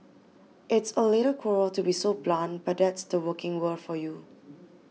it's a little cruel to be so blunt but that's the working world for you